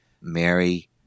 Mary